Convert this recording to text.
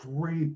great